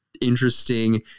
interesting